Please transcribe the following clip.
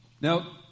Now